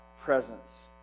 presence